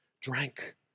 drank